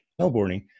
snowboarding